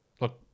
Look